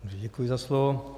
Děkuji za slovo.